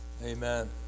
Amen